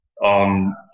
on